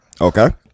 Okay